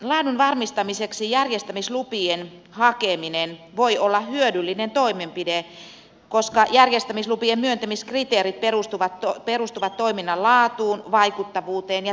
laadun varmistamiseksi järjestämislupien hakeminen voi olla hyödyllinen toimenpide koska järjestämislupien myöntämiskriteerit perustuvat toiminnan laatuun vaikuttavuuteen ja tehokkuuteen